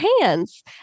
hands